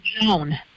Joan